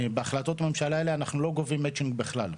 בהחלטות ממשלה האלו אנחנו לא גובים מצ'ינג בגלל.